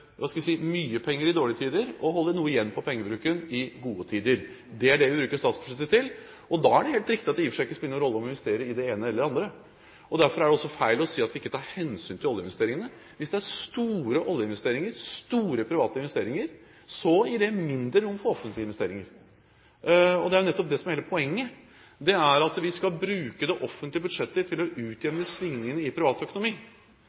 vi ha evne til både å bruke mye penger i dårlige tider og å holde noe igjen på pengebruken i gode tider. Det er det vi bruker statsbudsjettet til. Da er det helt riktig at det i og for seg ikke spiller noen rolle om vi investerer i det ene eller i det andre. Derfor er det også feil å si at vi ikke tar hensyn til oljeinvesteringene. Hvis det er store oljeinvesteringer, store private investeringer, gir det mindre rom for offentlige investeringer. Hele poenget er jo nettopp at vi skal bruke de offentlige budsjetter til å utjevne svingningene i privat økonomi.